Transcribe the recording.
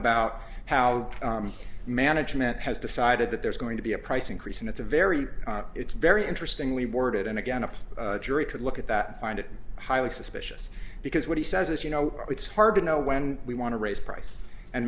about how management has decided that there's going to be a price increase and it's a very it's very interesting we boarded and again a place jury could look at that find it highly suspicious because what he says is you know it's hard to know when we want to raise prices and